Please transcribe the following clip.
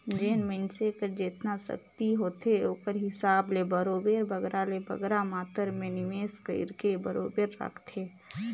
जेन मइनसे कर जेतना सक्ति होथे ओकर हिसाब ले बरोबेर बगरा ले बगरा मातरा में निवेस कइरके बरोबेर राखथे